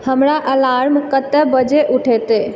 हमरा अलार्म कतेक बजे उठेतै